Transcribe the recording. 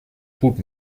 tut